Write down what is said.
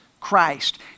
Christ